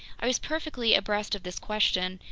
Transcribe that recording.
i was perfectly abreast of this question,